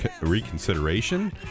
Reconsideration